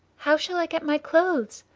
how shall i get my clothes?